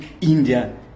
India